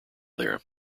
there